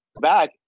back